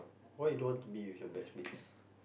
why you don't want to be with your batch mates